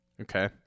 Okay